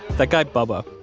that guy bubba,